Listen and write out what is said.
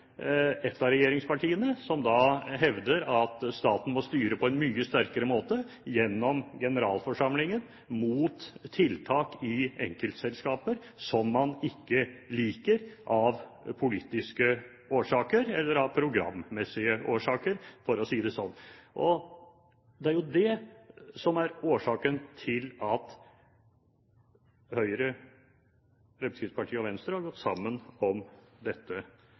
et av regjeringspartiene hevder at staten må styre på en mye sterkere måte gjennom generalforsamlingen, mot tiltak i enkeltselskaper som man ikke liker av politiske årsaker, eller av programmessige årsaker, for å si det slik. Det er det som er årsaken til at Høyre, Fremskrittspartiet og Venstre har gått sammen om dette